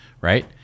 right